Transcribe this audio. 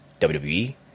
WWE